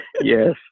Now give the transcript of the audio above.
Yes